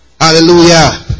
Hallelujah